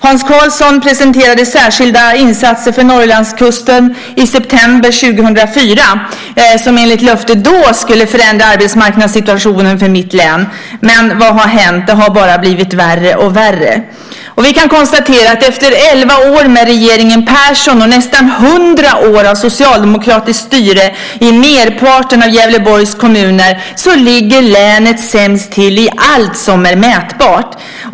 Hans Karlsson presenterade särskilda insatser för Norrlandskusten i september 2004. Enligt löftet då skulle de förändra arbetsmarknadssituationen för mitt län. Men vad har hänt? Det har bara blivit värre och värre. Vi kan konstatera att efter elva år med regeringen Persson och nästan hundra år av socialdemokratiskt styre i merparten av Gävleborgs kommuner ligger länet sämst till i allt som är mätbart.